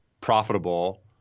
profitable